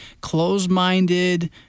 closed-minded